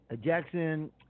Jackson